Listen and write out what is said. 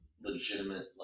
legitimate